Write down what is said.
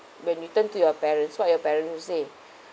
when you turn to your parents what your parents will say